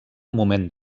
moment